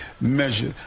measure